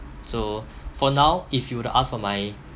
so for now if you were to ask for my